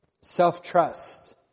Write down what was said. self-trust